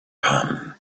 pan